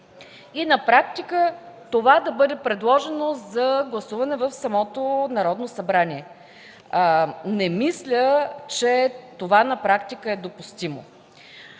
такова решение. Това се предлага за гласуване в самото Народно събрание. Не мисля, че това на практика е допустимо.